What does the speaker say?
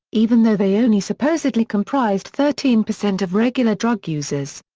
even though they only supposedly comprised thirteen percent of regular drug users.